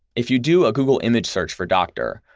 if you do a google image search for doctor,